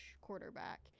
quarterback